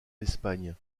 espagne